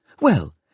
well